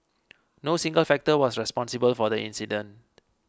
no single factor was responsible for the incident